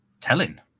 Telling